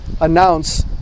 announce